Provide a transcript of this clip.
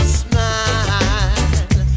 smile